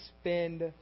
spend